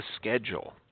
schedule